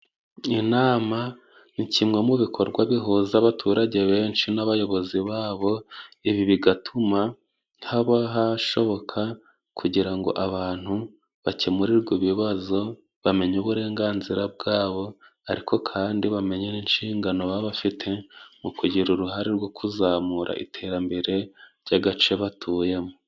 Inama ni kimwe mu bikorwa bihuza abaturage benshi n'abayobozi babo, ibi bigatuma haba hashoboka kugira ngo abantu bakemurirwe ibibazo, bamenye uburenganzira bwabo, ariko kandi bamenye n'inshingano baba bafite mu kugira uruhare rwo kuzamura iterambere ry'agace batuyemo.